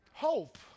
Hope